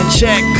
check